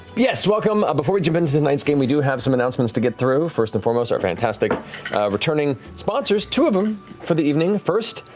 yes, welcome. before we jump into tonight's game, we do have some announcements to get through. first and foremost, our fantastic returning sponsors, two of them for the evening. first,